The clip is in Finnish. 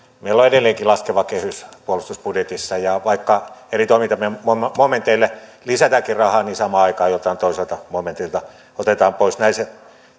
meillä on edelleenkin laskeva kehys puolustusbudjetissa ja vaikka eri toimintamomenteille lisätäänkin rahaa niin samaan aikaan joltain toiselta momentilta otetaan pois näin se